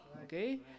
okay